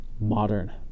modern